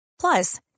Plus